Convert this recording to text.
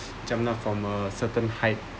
jump out from a certain height